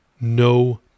no